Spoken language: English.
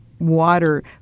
water